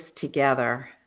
together